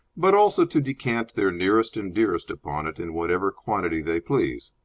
but also to decant their nearest and dearest upon it in whatever quantity they please.